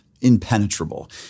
impenetrable